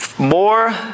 More